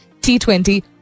T20